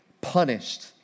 punished